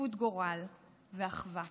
שותפות גורל ואחווה.